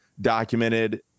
documented